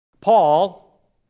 Paul